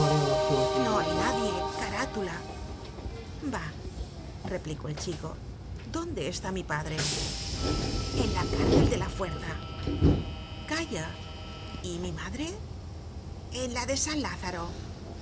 no hay nadie carátula bah replicó el chico dónde está mi padre en la cárcel de la fuerza content from google book search generated at calla y mi madre en la de san lázaro